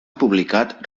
publicat